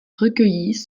recueillies